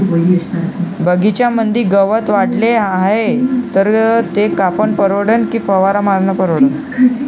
बगीच्यामंदी गवत वाढले हाये तर ते कापनं परवडन की फवारा मारनं परवडन?